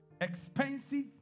expensive